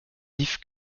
ifs